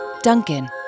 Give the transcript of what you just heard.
Duncan